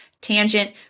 tangent